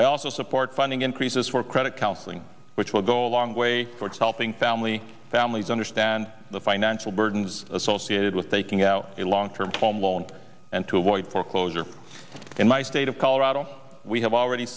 i also support funding increases for credit counseling which will go a long way towards helping family families understand the financial burdens associated with taking out a long term home loan and to avoid foreclosure in my state of colorado we have already